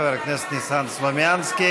חבר הכנסת ניסן סלומינסקי,